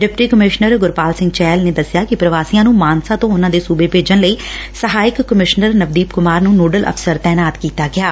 deputy commissioner Gurpal Singh Chahal ਨੇ ਦਸਿਆ ਕਿ ਪ੍ਰਵਾਸੀਆ ਨੂੰ ਮਾਨਸਾ ਤੋਂ ਉਨੂਾ ਦੇ ਸੁਬੇ ਭੇਜਣ ਲਈ ਸਹਾਇਕ ਕਮਿਸ਼ਨਰ ਨਵਦੀਪ ਕੁਮਾਰ ਨੂੰ ਨੋਡਲ ਅਫ਼ਸਰ ਤਾਇਨਾਤ ਕੀਤਾ ਗਿਐ